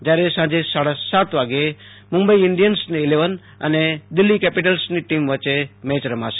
જયારે સાંજે સાડા સાત વાગ્યે મુંબઈ ઈન્ડિયન્સ અને દિલ્હી કેપીટલ્સ વચ્ચે મેચ રમાશે